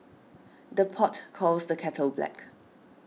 the pot calls the kettle black